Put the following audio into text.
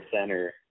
center